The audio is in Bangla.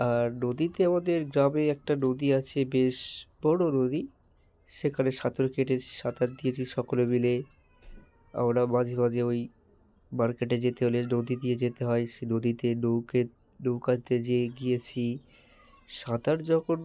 আর নদীতে আমাদের গ্রামে একটা নদী আছে বেশ বড়ো নদী সেখানে সাঁতার কেটেছি সাঁতার দিয়েছি সকলে মিলে আমরা মাঝে মাঝে ওই মার্কেটে যেতে হলে নদী দিয়ে যেতে হয় সেই নদীতে নৌকের নৌকাতে যেয়ে গিয়েছি সাঁতার যখন